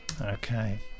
Okay